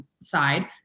side